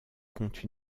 compte